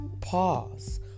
Pause